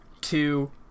two